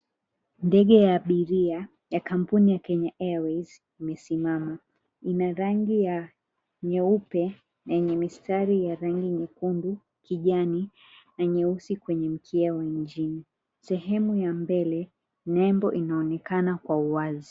Ndege ya abiria kampuni ya Kenya Airways, imesimama ina rangi ya nyeupe yenye mistari ya rangi nyekundu kijani na nyeusi kwenye mkia wa injini. Sehemu ya mbele nembo inaonekana kwa uwazi.